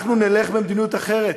אנחנו נלך במדיניות אחרת,